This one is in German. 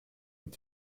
und